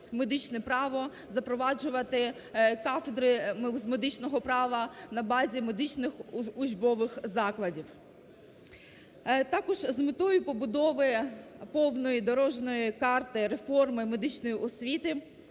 медичне право, запроваджувати кафедри з медичного права на базі медичних учбових закладів. Також з метою побудови повної дорожньої карти реформи медичної освіти,